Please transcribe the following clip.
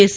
S